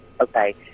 okay